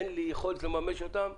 אין לי יכולת לממש אותם,